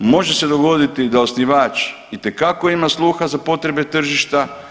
Može se dogoditi da osnivač itekako ima sluha za potrebe tržišta.